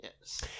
Yes